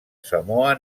samoa